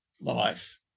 life